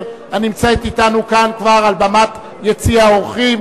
הנמצאת אתנו כאן כבר על במת יציע האורחים.